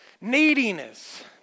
Neediness